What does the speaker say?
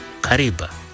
Kariba